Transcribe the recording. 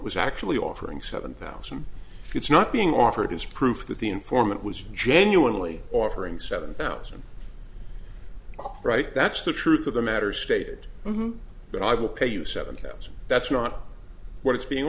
was actually offering seven thousand it's not being offered as proof that the informant was genuinely offering seven pounds all right that's the truth of the matter stated that i will pay you seven pounds that's not what it's being